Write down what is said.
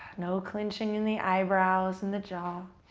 no clinching in the eyebrows, in the jaw.